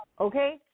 Okay